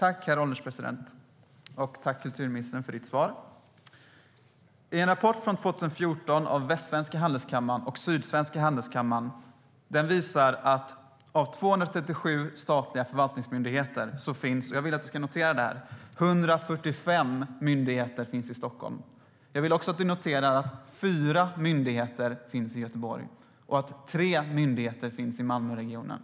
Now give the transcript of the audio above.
Herr ålderspresident! Tack, kultur och demokratiministern, för svaret! En rapport från 2014 av Västsvenska Handelskammaren och Sydsvenska Industri och Handelskammaren visar att av 237 statliga förvaltningsmyndigheter finns - jag vill att du noterar det här, Alice Bah Kuhnke - 145 myndigheter i Stockholm. Jag vill också att du noterar att 4 myndigheter finns i Göteborg och att 3 myndigheter finns i Malmöregionen.